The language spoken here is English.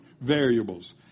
variables